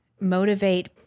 Motivate